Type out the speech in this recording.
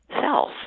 self